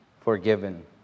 forgiven